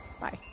Bye